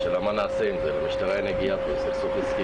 נשמע אותך השרה, בבקשה, מירב כהן.